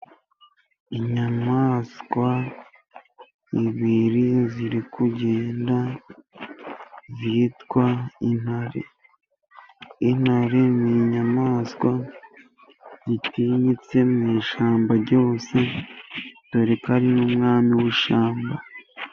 Inyamaswa ibiri ziri kugenda zitwa intare. Intare ni inyamaswa zitinyitse mu ishyamba ryose, dore ko ari n'umwami w'ishyamba.